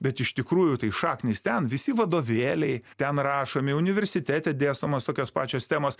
bet iš tikrųjų tai šaknys ten visi vadovėliai ten rašomi universitete dėstomos tokios pačios temos